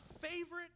favorite